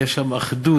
הייתה שם אחדות,